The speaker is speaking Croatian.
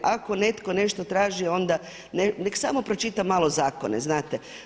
Ako netko nešto traži onda nek samo pročita malo zakone, znate.